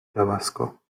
tabasco